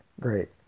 Great